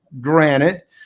granite